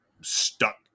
stuck